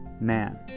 man